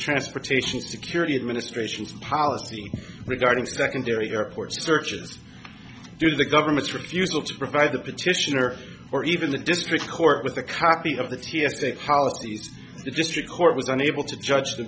transportation security administration's policy regarding secondary airport searches due to the government's refusal to provide the petitioner or even the district court with a copy of the t s a policies the district court was unable to judge the